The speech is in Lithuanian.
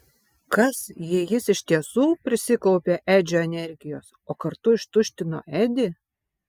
kas jei jis iš tiesų prisikaupė edžio energijos o kartu ištuštino edį